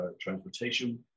transportation